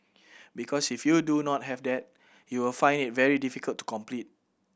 because if you do not have that you will find it very difficult to compete